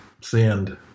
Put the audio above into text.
send